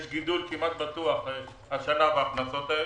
יש גידול כמעט בטוח השנה מההכנסות האלה.